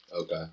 Okay